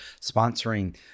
sponsoring